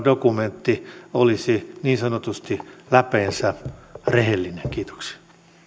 dokumentti olisi niin sanotusti läpeensä rehellinen kiitoksia